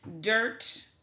Dirt